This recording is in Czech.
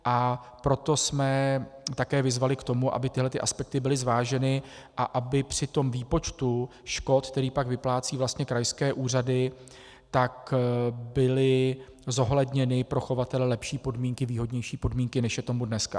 A proto jsme také vyzvali k tomu, aby tyhle aspekty byly zváženy a aby při výpočtu škod, které pak vyplácejí vlastně krajské úřady, byly zohledněny pro chovatele lepší podmínky, výhodnější podmínky, než je tomu dneska.